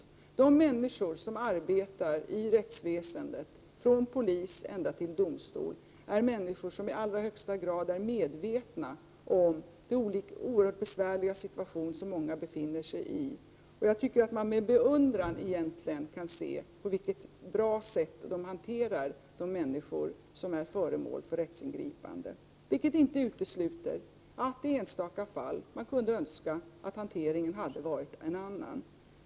Jag tänker då på de människor som arbetar inom rättsväsendet — det gäller allt från poliser till dem som arbetar vid en domstol — och som i allra högsta grad är medvetna om den oerhört besvärliga situation som många befinner sig i. Det är med beundran som man kan se hur bra dessa tjänstemän hanterar de människor som är föremål för rättsingripanden. Men detta utesluter inte att man i enstaka fall kunde önska att hanteringen hade varit en annan.